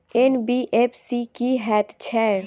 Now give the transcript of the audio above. NBFC की हएत छै?